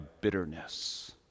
bitterness